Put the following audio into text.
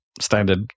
standard